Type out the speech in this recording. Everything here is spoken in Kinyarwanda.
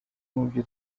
mubyo